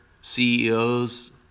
CEOs